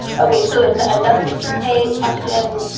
okay, so in another survey question,